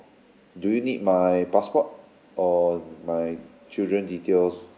do you need my passport or my children details